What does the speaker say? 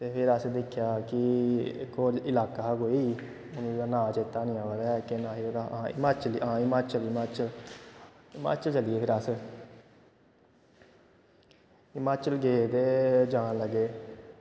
ते फिर असें दिक्खेआ कि इक होर इलाका हा कोई हून ओह्दा नांऽ चेता निं आवा दा ऐ केह् नांऽ हा ओह्दा हां हिमाचल हां हिमाचल हिमाचल हिमाचल चली गे फिर अस हिमाचल गे ते जान लगे